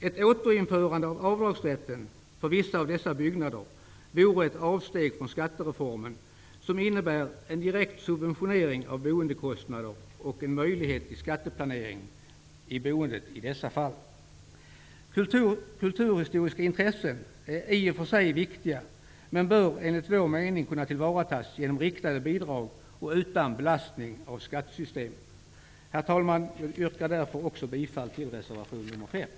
Ett återinförande av avdragsrätten för vissa av dessa byggnader vore ett avsteg från skattereformen som innebär en direkt subventionering av boendekostnader och en möjlighet till skatteplanering i boendet i dessa fall. Kulturhistoriska intressen är i och för sig viktiga men bör enligt vår mening kunna tillvaratas genom riktade bidrag och utan belastning på skattesystemet. Herr talman! Jag yrkar därför bifall till reservation nr 5.